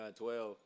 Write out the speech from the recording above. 12